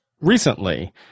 recently